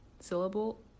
syllable